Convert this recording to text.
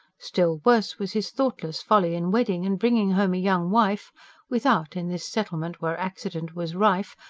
still worse was his thoughtless folly in wedding and bringing home a young wife without, in this settlement where accident was rife,